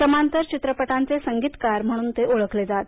समांतर चित्रपटांचे संगीतकार म्हणून ते ओळखले जात